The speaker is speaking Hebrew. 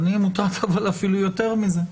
אני מוטרד אבל אפילו יותר מזה.